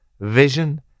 vision